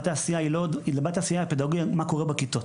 היא בת העשייה הפדגוגי מה קורה בכיתות